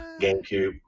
GameCube